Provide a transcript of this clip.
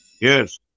Yes